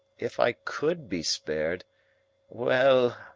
if i could be spared well,